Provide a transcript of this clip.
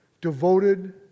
devoted